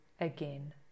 again